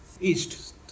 East